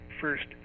first